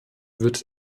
wird